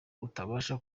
utabasha